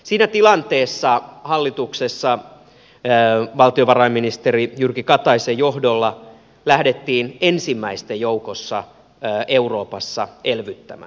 siinä tilanteessa hallituksessa valtiovarainministeri jyrki kataisen johdolla lähdettiin ensimmäisten joukossa euroopassa elvyttämään